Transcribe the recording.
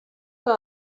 que